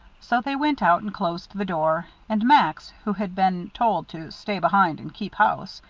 so they went out, and closed the door and max, who had been told to stay behind and keep house,